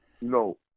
no